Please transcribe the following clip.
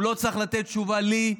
הוא לא צריך לתת תשובה לי,